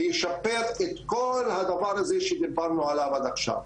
וישפר את כל הדבר הזה שדיברנו עליו עד עכשיו.